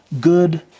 good